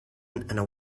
and